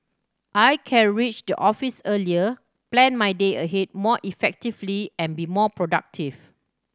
I can reach the office earlier plan my day ahead more effectively and be more productive